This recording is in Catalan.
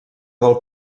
del